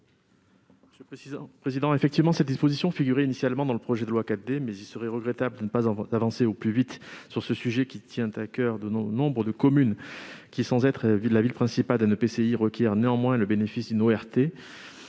économiques ? Effectivement, cette disposition figurait initialement dans le projet de loi 4D. Mais il serait regrettable de ne pas avancer au plus vite sur un sujet qui tient à coeur à de nombreuses communes qui, sans être la ville principale d'un EPCI, souhaiteraient néanmoins bénéficier d'une ORT,